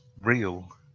real